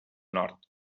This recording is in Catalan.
nord